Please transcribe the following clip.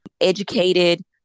educated